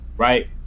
Right